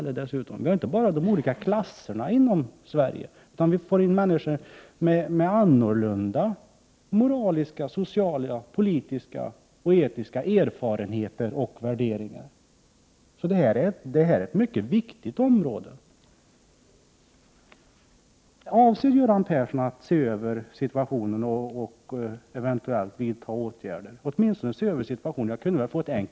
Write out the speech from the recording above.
Det förekommer ju inte bara olika klasser i Sverige, utan hit kommer också människor som har andra moraliska, sociala, politiska och etiska erfarenheter och värderingar. Det här är således ett mycket viktigt område. Avser alltså Göran Persson att se över situationen och eventuellt att vidta åtgärder? Jag kunde väl åtminstone få ett svar på frågan om statsrådet avser att se över situationen.